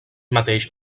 mateix